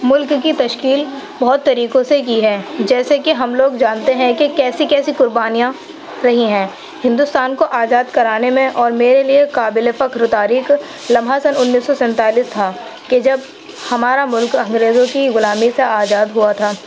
مُلک کی تشکیل بہت طریقوں سے کی ہے جیسے کہ ہم لوگ جانتے ہیں کہ کیسی کیسی قربانیاں رہی ہیں ہندوستان کو آزاد کرانے میں اور میرے لیے قابلِ فخر تاریک لمحہ سن اُنیس سو سینتالیس تھا کہ جب ہمارا مُلک انگریزوں کی غلامی سے آزاد ہُوا تھا